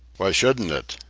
why shouldn't it?